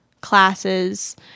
classes